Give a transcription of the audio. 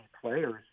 players